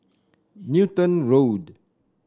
Newton Road